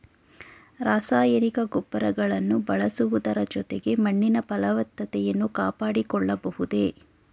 ರಾಸಾಯನಿಕ ಗೊಬ್ಬರಗಳನ್ನು ಬಳಸುವುದರ ಜೊತೆಗೆ ಮಣ್ಣಿನ ಫಲವತ್ತತೆಯನ್ನು ಕಾಪಾಡಿಕೊಳ್ಳಬಹುದೇ?